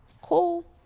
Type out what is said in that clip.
Cool